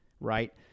Right